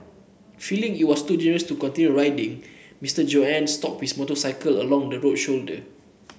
feeling it was too dangerous to continue riding Mister Johann stopped his motorcycle along the road shoulder